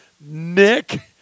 Nick